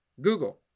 google